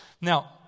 now